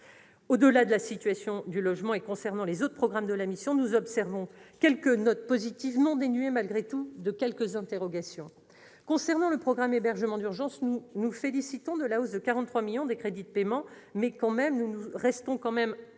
Au-delà de la situation du logement, et s'agissant des autres programmes de la mission, nous observons quelques notes positives, non dénuées malgré tout d'interrogations. Concernant le programme « Hébergement d'urgence », nous nous félicitons de la hausse de 43 millions d'euros des crédits de paiements, mais nous sommes